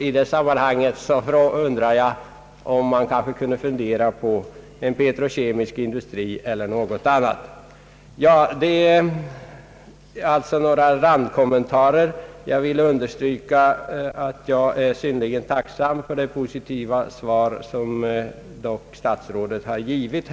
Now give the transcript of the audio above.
I detta sammanhang undrar jag, om en petrokemisk industri eller något dylikt kunde komma i fråga. Detta var alltså några randkommentarer. Jag vill understryka, att jag är synnerligen tacksam för det positiva svar som statsrådet dock lämnat.